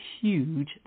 huge